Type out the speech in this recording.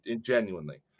genuinely